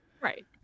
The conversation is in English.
Right